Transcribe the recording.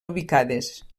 ubicades